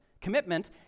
Commitment